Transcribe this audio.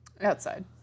Outside